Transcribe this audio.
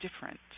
different